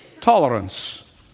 tolerance